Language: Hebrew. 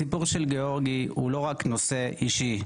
הסיפור של גאורגי הוא לא רק נושא אישי,